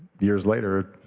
years later,